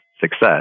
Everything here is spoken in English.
success